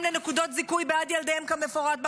לנקודות זיכוי בעד ילדיהם כמפורט בפקודה.